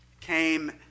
came